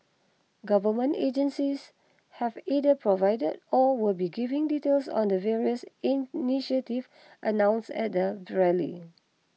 government agencies have either provided or will be giving details on the various initiatives announced at the rally